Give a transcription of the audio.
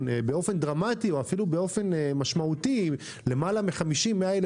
באופן דרמטי ומשמעותי של למעלה מ-50,000 100,000,